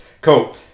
cool